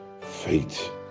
fate